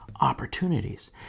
opportunities